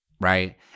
right